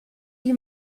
wie